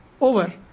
over